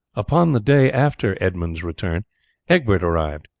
upon the day after edmund's return egbert arrived.